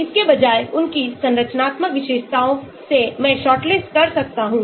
इसके बजाय उनकी संरचनात्मक विशेषताओं से मैं शॉर्टलिस्ट कर सकता हूं